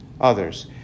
others